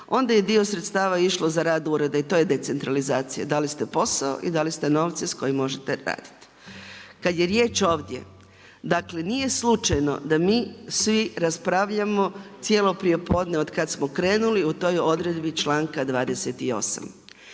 onda je dio sredstava išlo za rad ureda i to je decentralizacija, dali ste posao i dali ste novce s kojim možete raditi. Kad je riječ ovdje dakle, nije slučajno da mi svi raspravljamo cijelo prijepodne od kad smo krenuli o toj odredbi članka 28.